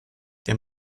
der